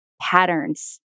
patterns